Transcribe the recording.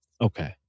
Okay